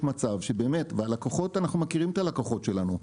ואנחנו מכירים את הלקוחות שלנו,